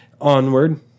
onward